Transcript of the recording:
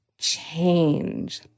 change